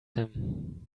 him